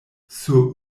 sur